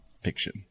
fiction